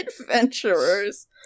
Adventurers